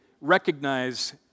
recognize